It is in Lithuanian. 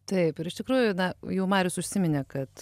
taip ir iš tikrųjų na jau marius užsiminė kad